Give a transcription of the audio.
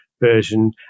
version